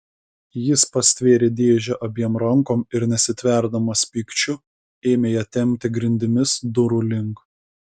jis pastvėrė dėžę abiem rankom ir nesitverdamas pykčiu ėmė ją tempti grindimis durų link